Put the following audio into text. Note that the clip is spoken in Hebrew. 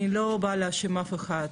אני לא באה להאשים אף אחד,